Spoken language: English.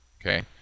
Okay